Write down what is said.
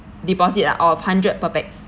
deposit that out of hundred per pax